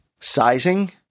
sizing